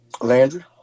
Landry